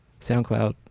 soundcloud